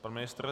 Pan ministr?